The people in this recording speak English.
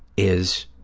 is,